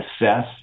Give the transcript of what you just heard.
assess